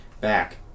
back